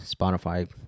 spotify